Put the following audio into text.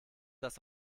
das